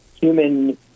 human